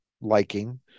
liking